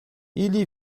ili